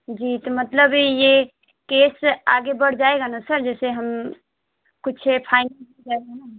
जी तो मतलब ये केस आगे बढ़ जाएगा न सर जैसे हम कुछ फाइनल हो जाएगा न